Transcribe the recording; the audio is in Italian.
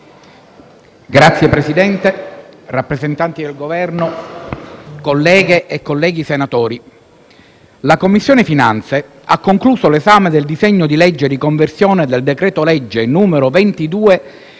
Signor Presidente, rappresentanti del Governo, colleghe senatrici e colleghi senatori, la Commissione finanze ha concluso l'esame del disegno di legge di conversione del decreto-legge n. 22